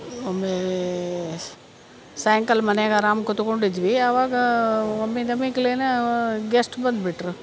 ಒಮ್ಮೇ ಸ್ ಸಾಯಂಕಾಲ ಮನ್ಯಾಗ ಅರಾಮ್ ಕುತ್ಕೊಂಡಿದ್ವಿ ಆವಾಗ ಒಮ್ಮಿಂದ ಒಮ್ಮೆಕ್ಲೆನ ಗೆಸ್ಟ್ ಬಂದ್ಬಿಟ್ಟರು